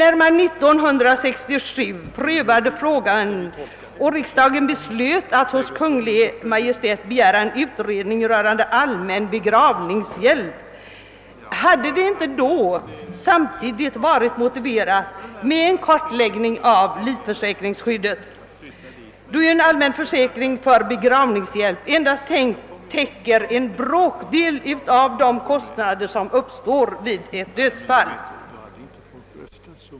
År 1967 prövade man frågan, och riksdagen beslöt att hos Kungl. Maj:t begära en utredning rörande allmän begravningshjälp. Hade det då inte varit motiverat att samtidigt genomföra en kartläggning av livförsäkringsskyddet, eftersom en allmän försäkring för begravningshjälp endast täcker en bråkdel av de kostnader som uppstår vid dödsfall?